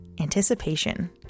Anticipation